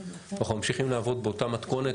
אנחנו ממשיכים לעבוד באותה מתכונת,